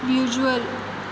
visual